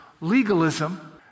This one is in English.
legalism